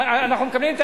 אנחנו מקבלים.